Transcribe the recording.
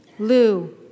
Lou